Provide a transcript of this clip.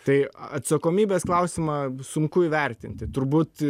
tai atsakomybės klausimą sunku įvertinti turbūt